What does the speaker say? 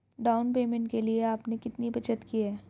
Down payment के लिए आपने कितनी बचत की है?